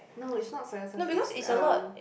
no is not soya sauce is um